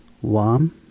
one